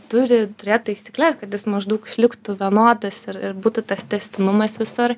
turi turėt taisykles kad jis maždaug išliktų vienodas ir ir būtų tas tęstinumas visur